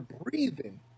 breathing